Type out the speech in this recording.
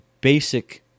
basic